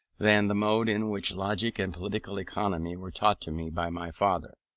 than the mode in which logic and political economy were taught to me by my father.